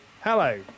hello